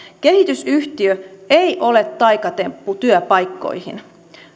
kehitysyhtiö ei ole taikatemppu työpaikkoihin